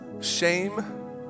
shame